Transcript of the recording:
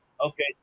Okay